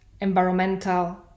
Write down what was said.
environmental